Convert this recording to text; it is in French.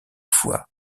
fois